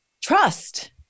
trust